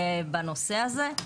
בנושא הזה.